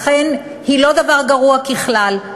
לכן היא לא דבר גרוע ככלל,